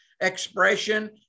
expression